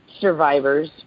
survivors